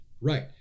Right